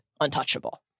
untouchable